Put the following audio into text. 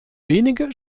wenige